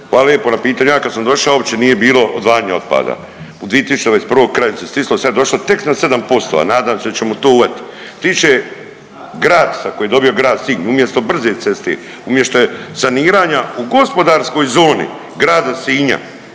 Hvala lijepo na pitanju. Ja kad sam došao uopće nije bilo odvajanje otpada. U 2021. krajem se stislo sad je došlo tek na 7%, a nadam se da ćemo to uvatit. Što se tiče grad koji je dobio grad Sinj, umjesto brze ceste, umjesto saniranja u gospodarskoj zoni grada Sinja